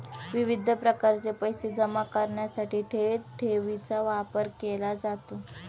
विविध प्रकारचे पैसे जमा करण्यासाठी थेट ठेवीचा वापर केला जातो